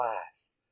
class